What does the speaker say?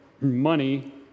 money